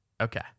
okay